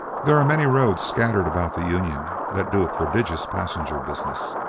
there are many roads scattered about the union that do a prodigious passenger business.